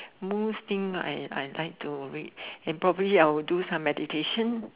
most think I I like to read and probably I would do some meditation